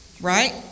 Right